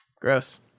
gross